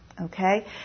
Okay